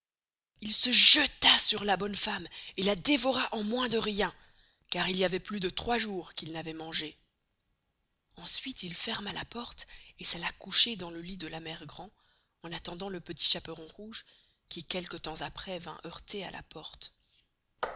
il se jetta sur la bonne femme et la devora en moins de rien car il y avoit plus de trois jours qu'il n'avoit mangé ensuite il ferma la porte et s'alla coucher dans le lit de la mere grand en attendant le petit chaperon rouge qui quelque temps aprés vint heurter à la porte